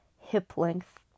hip-length